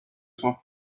sua